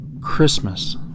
Christmas